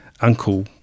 uncle